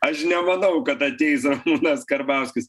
aš nemanau kad ateis ramūnas karbauskis